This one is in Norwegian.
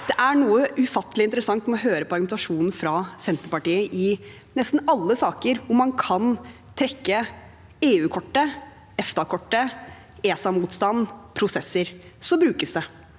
det er noe ufattelig interessant med å høre på argumentasjonen fra Senterpartiet i nesten alle saker. Om man kan trekke EU-kortet, EFTA-kortet, ESA-motstand, prosesser, så brukes det.